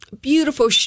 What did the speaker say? beautiful